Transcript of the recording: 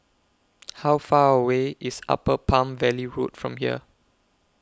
How Far away IS Upper Palm Valley Road from here